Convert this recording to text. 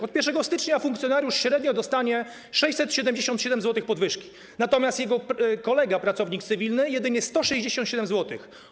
Od 1 stycznia funkcjonariusz średnio dostanie 677 zł podwyżki, natomiast jego kolega, pracownik cywilny - jedynie 167 zł.